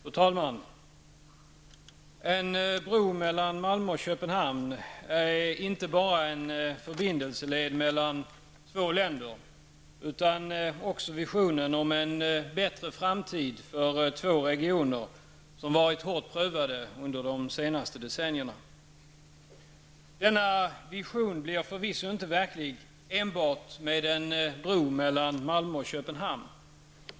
Fru talman! En bro mellan Malmö och Köpenhamn är inte bara en förbindelseled mellan två länder utan också visionen om en bättre framtid för två regioner som varit hårt prövade under de senaste decennierna. Denna vision blir förvisso inte verklig enbart med en bro mellan Malmö och Köpenhamn.